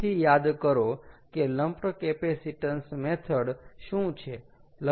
ફરીથી યાદ કરો કે લમ્પડ કેપેસિટન્સ મેથડ શું છે